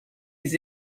his